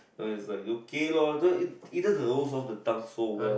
no it's like okay lor no it it just rolls off the tongue so well